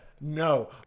no